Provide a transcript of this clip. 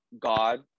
God